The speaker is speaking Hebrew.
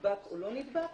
נדבק או לא נדבק.